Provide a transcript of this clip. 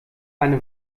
eine